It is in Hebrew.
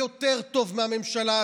יותר טוב מהממשלה,